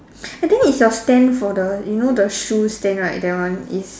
and then is your stand for the you know the shoe stand right that one is